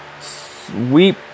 sweep